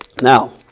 Now